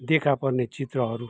देखा पर्ने चित्रहरू